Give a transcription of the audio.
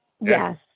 Yes